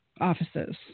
offices